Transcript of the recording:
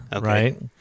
right